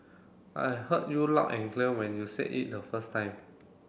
I heard you loud and clear when you said it the first time